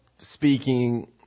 Speaking